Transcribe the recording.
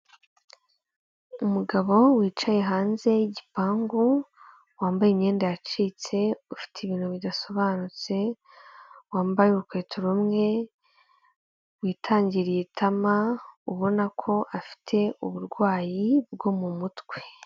Umugabo wicaye hanze y'igipangu, wambaye imyenda yacitse ufite ibintu bidasobanutse, wambaye urukweto rumwe, witangiriye itama, ubona ko afite uburwayi bwo mu mutwe.